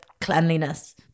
cleanliness